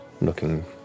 looking